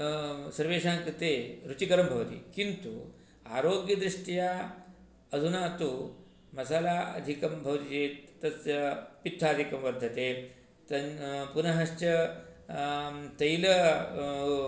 सर्वेषाङ्कृते रुचिकरं भवति किन्तु आरोग्यदृष्ट्या अधुना तु मसाला अधिकं भवति चेत् तस्य पित्थादिकं वर्धते तं पुनश्च तैल